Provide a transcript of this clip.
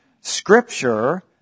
scripture